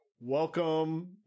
welcome